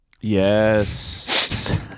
Yes